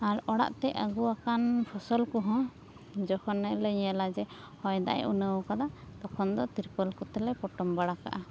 ᱟᱨ ᱚᱲᱟᱜ ᱛᱮ ᱟᱹᱜᱩᱣᱟᱠᱟᱱ ᱯᱷᱚᱥᱚᱞ ᱠᱚᱦᱚᱸ ᱡᱚᱠᱷᱚᱱ ᱦᱟᱸᱜ ᱞᱮ ᱧᱮᱞᱟ ᱡᱮ ᱦᱚᱭ ᱫᱟᱜ ᱮ ᱩᱱᱟᱹᱣ ᱟᱠᱟᱫᱟ ᱛᱚᱠᱷᱚᱱ ᱫᱚ ᱛᱤᱨᱯᱳᱞ ᱠᱚᱛᱮ ᱞᱮ ᱯᱚᱴᱚᱢ ᱵᱟᱲᱟ ᱠᱟᱜᱼᱟ